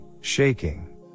shaking